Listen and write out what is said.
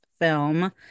film